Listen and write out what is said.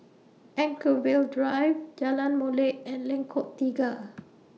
Anchorvale Drive Jalan Molek and Lengkok Tiga